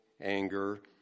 anger